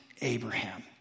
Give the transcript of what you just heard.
Abraham